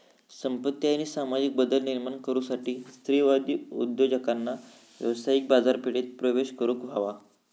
संपत्ती आणि सामाजिक बदल निर्माण करुसाठी स्त्रीवादी उद्योजकांका व्यावसायिक बाजारपेठेत प्रवेश करुक हवा